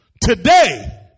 today